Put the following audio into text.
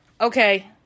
Okay